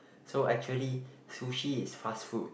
so actually sushi is fast food